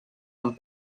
amb